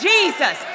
Jesus